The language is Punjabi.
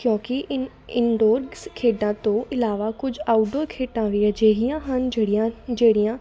ਕਿਉਂਕਿ ਇਨ ਇੰਨਡੋਰ ਖੇਡਾਂ ਤੋਂ ਇਲਾਵਾ ਕੁਝ ਆਊਟਡੋਰ ਖੇਡਾਂ ਵੀ ਅਜਿਹੀਆਂ ਹਨ ਜਿਹੜੀਆਂ ਜਿਹੜੀਆਂ